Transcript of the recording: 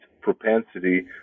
propensity